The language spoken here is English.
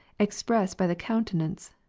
expressed by the countenance,